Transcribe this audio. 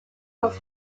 were